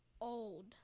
old